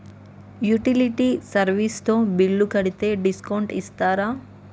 Utility service తో bill కడితే discount ఇస్తరా?